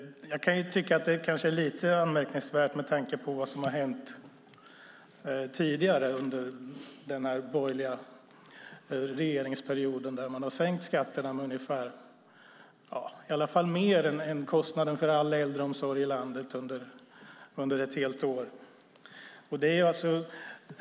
Jag kan kanske tycka att det är lite anmärkningsvärt med tanke på vad som har hänt tidigare under den borgerliga regeringsperioden. Man har ju sänkt skatterna med i alla fall mer än kostnaden för all äldreomsorg i landet under ett helt år.